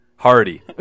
hardy